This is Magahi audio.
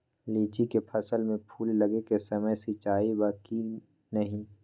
लीची के फसल में फूल लगे के समय सिंचाई बा कि नही?